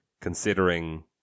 considering